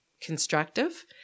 constructive